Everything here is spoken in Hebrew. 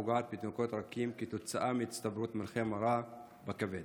הפוגעת בתינוקות רכים כתוצאה מהצטברות מלחי מרה בכבד.